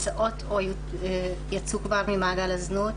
שיצאו ממעגל הזנות.